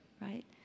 right